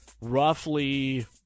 roughly